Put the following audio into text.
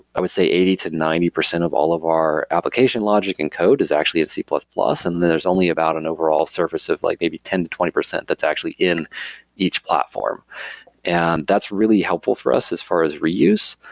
i would say eighty percent to ninety percent of all of our application logic and code is actually at c plus plus. and there's only about an overall surface of like maybe ten percent to twenty percent that's actually in each platform and that's really helpful for us as far as reuse.